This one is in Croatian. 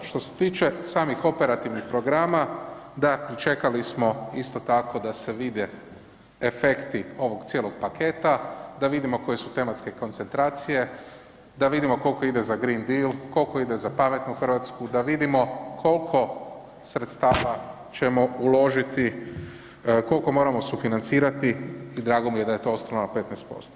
Što se tiče samih operativnih programa, da čekali smo isto tako da se vide efekti ovog cijelog paketa, da vidimo koje su tematske koncentracije, da vidimo koliko ide za Green Delal, koliko ide za Pametnu Hrvatsku, da vidimo kolko sredstava ćemo uložiti, koliko moramo sufinancirati i drago mi je da je to ostalo na 15%